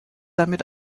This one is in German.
damit